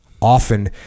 often